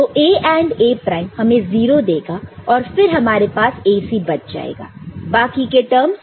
तो A AND A prime हमें 0 देगा और फिर हमारे पास AC बच जाएगा बाकी के टर्मस